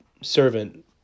servant